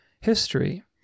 history